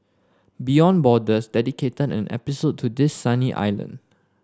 beyond Borders dedicated an episode to this sunny island